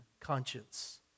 conscience